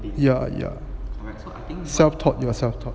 ya ya self taught you are self taught